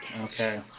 Okay